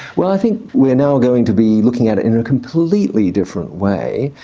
well i think we're now going to be looking at it in a completely different way.